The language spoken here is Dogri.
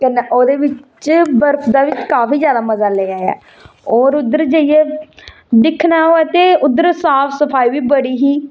ते कन्नै ओह्दे बिच बर्फ दा बी काफी जादा मजा लैआ ऐ होर उद्धर जेइये दिक्खना होऐ ते उद्धर साफ सफाई बी बड़ी ही